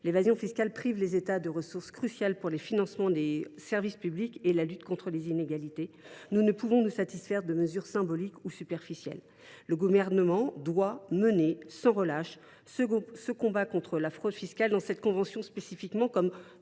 L’évasion fiscale prive les États de ressources cruciales pour le financement des services publics et la lutte contre les inégalités. Nous ne pouvons donc nous satisfaire de mesures symboliques ou superficielles. Le Gouvernement doit mener sans relâche un combat contre la fraude fiscale, dans cette convention spécifiquement, comme